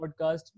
podcast